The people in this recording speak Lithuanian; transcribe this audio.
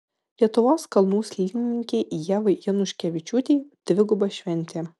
lietuvos kalnų slidininkei ievai januškevičiūtei dviguba šventė